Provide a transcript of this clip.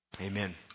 Amen